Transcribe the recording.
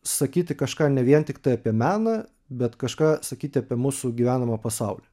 sakyti kažką ne vien tiktai apie meną bet kažką sakyti apie mūsų gyvenamą pasaulį